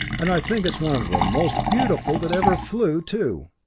and i think it's one of the most beautiful that ever flew, too.